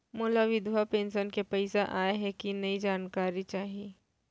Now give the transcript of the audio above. मोला विधवा पेंशन के पइसा आय हे कि नई जानकारी चाही?